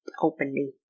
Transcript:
openly